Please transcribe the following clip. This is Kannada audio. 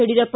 ಯಡಿಯೂರಪ್ಪ